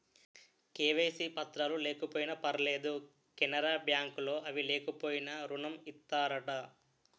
KYC పత్రాలు లేకపోయినా పర్లేదు కెనరా బ్యాంక్ లో అవి లేకపోయినా ఋణం ఇత్తారట